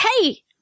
Hey